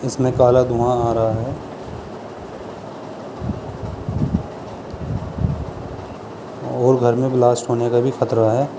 اس میں کالا دھواں آ رہا ہے اور گھر میں بلاسٹ ہونے کا بھی خطرہ ہے